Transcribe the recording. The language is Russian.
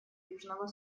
южного